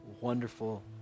wonderful